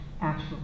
actual